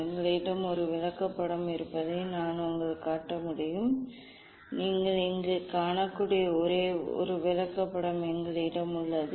எங்களிடம் ஒரு விளக்கப்படம் இருப்பதை நான் உங்களுக்குக் காட்ட முடியும் நீங்கள் இங்கே காணக்கூடிய ஒரு விளக்கப்படம் எங்களிடம் உள்ளது